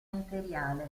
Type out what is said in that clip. imperiale